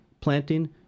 planting